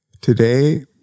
Today